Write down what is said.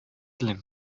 телим